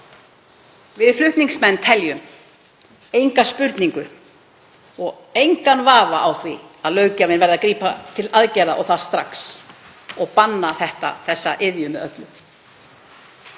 Við flutningsmenn teljum enga spurningu og engan vafa leika á því að löggjafinn verður að grípa til aðgerða og það strax og banna þessa iðju með öllu.